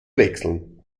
wechseln